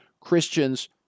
Christians